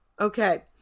Okay